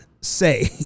Say